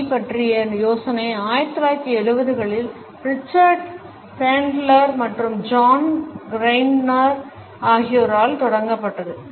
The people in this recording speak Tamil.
பி பற்றிய யோசனை 1970 களில் ரிச்சர்ட் பேண்ட்லர் மற்றும் ஜான் கிரைண்டர் ஆகியோரால் தொடங்கப்பட்டது